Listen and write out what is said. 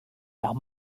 las